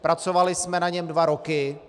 Pracovali jsme na něm dva roky.